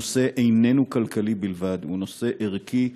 הנושא איננו כלכלי בלבד, הוא נושא ערכי,